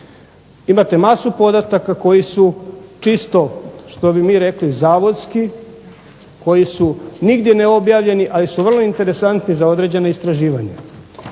Imate masu podataka koji su čisto što bi mi rekli zavodski koji su nigdje neobjavljeni ali su vrlo interesantni za određena istraživanja.